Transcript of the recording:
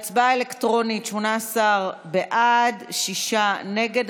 בהצבעה האלקטרונית: 18 בעד, שישה נגד.